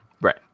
Right